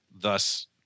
thus